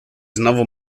znowu